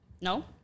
No